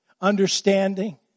Understanding